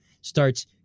starts